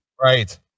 Right